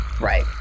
Right